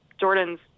Jordan's